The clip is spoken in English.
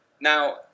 now